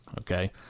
Okay